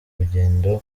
urugendo